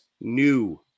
new